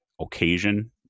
occasion